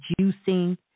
juicing